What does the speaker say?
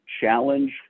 challenge